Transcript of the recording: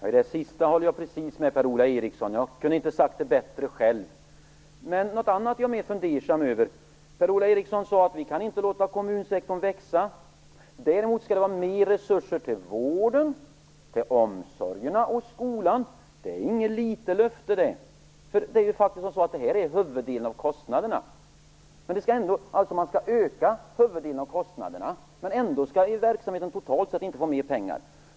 Herr talman! Jag håller med Per-Ola Eriksson om det sista. Jag kunde inte ha sagt det bättre själv. Men jag är något mer fundersam om en annan sak. Per-Ola Eriksson sade att vi inte kan låta kommunsektorn växa, däremot skall det vara mer resurser till vården, omsorgerna och skolan. Det är inget litet löfte det. Detta står ju faktiskt för huvuddelen av kostnaderna. Man skall alltså öka huvuddelen av kostnaderna, men ändå skall verksamheten totalt sett inte få mer pengar.